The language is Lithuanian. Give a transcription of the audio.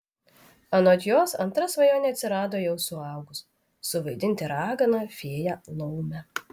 anot jos antra svajonė atsirado jau suaugus suvaidinti raganą fėją laumę